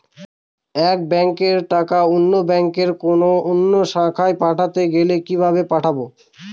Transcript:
এক ব্যাংকের টাকা অন্য ব্যাংকের কোন অন্য শাখায় পাঠাতে গেলে কিভাবে পাঠাবো?